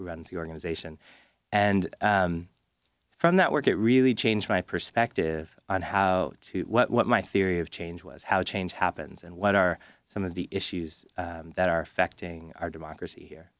runs the organization and from that work it really changed my perspective on how to what my theory of change was how change happens and what are some of the issues that are affecting our democracy here